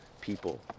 people